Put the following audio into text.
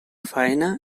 faena